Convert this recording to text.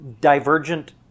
divergent